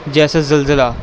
جیسے زلزلہ